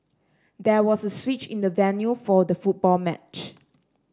there was a switch in the venue for the football match